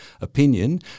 opinion